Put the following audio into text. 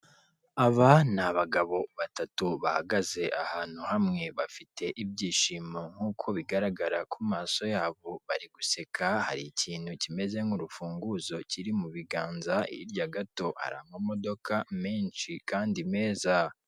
Aba ni abagabo batatu bahagaze ahantu hamwe, bafite ibyishimo nk'uko bigaragara ku maso yabo bari guseka, hari ikintu kimeze nk'urufunguzo kiri mu biganza, hirya gato hari amamodoka menshi kandi meza.